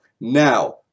Now